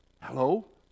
hello